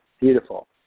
Beautiful